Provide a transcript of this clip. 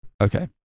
Okay